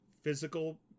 physical